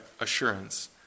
assurance